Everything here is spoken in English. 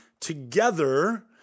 together